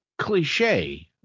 Cliche